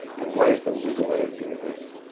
and what is the legal way of doing this?